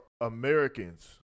Americans